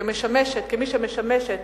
כמי שמשמשת